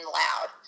loud